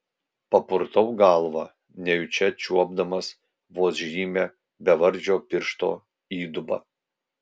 papurtau galvą nejučia čiuopdama vos žymią bevardžio piršto įdubą